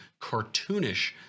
cartoonish